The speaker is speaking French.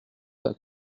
pas